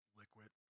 liquid